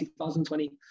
2020